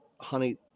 honey